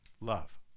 love